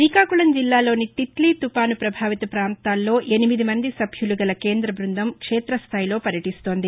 రీకాకుళం జిల్లాలోని తిట్లీ తుపాసు పభావిత పాంతాల్లో ఎనిమిది మంది సభ్యులు గల కేంద్ర బ్బందం క్షేత స్లాయిలో పర్యటిస్తోంది